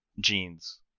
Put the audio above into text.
jeans